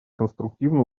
конструктивно